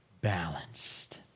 balanced